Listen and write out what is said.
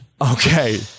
Okay